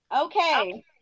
Okay